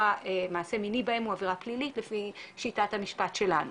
מעשה מיני בהם הוא עבירה פלילית לפי שיטת המשפט שלנו,